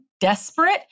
desperate